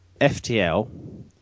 FTL